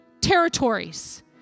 territories